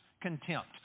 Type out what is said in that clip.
contempt